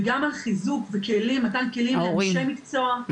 וגם החיזוק במתן כלים לאנשי מקצוע,